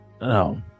No